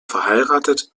verheiratet